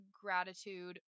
gratitude